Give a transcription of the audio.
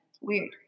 Weird